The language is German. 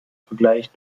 vergleich